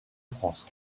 france